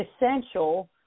essential